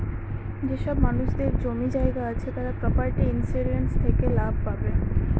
যেসব মানুষদের জমি জায়গা আছে তারা প্রপার্টি ইন্সুরেন্স থেকে লাভ পাবে